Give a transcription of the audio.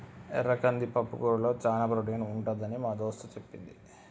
ఎర్ర కంది పప్పుకూరలో చానా ప్రోటీన్ ఉంటదని మా దోస్తు చెప్పింది